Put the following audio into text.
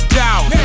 doubt